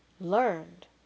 learned